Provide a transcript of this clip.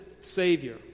Savior